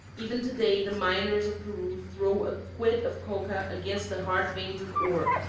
even to-day the miners of peru throw a quid of coca against the hard veins of ore,